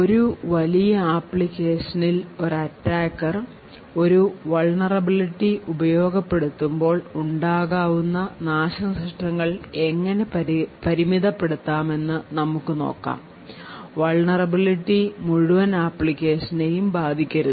ഒരു വലിയ ആപ്ലിക്കേഷനിൽ ഒരു Attacker ഒരു vunerablity ഉപയോഗപ്പെടുത്തുമ്പോൾ ഉണ്ടാകുന്ന നാശനഷ്ടങ്ങൾ എങ്ങനെ പരിമിതപ്പെടുത്താമെന്ന് നമുക്ക് നോക്കാം vunerability മുഴുവൻ ആപ്ലിക്കേഷനെയും ബാധിക്കരുത്